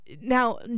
Now